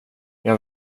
jag